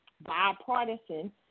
bipartisan